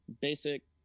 basic